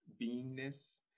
beingness